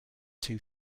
two